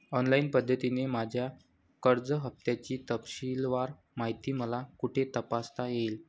Online पद्धतीने माझ्या कर्ज हफ्त्याची तपशीलवार माहिती मला कुठे तपासता येईल?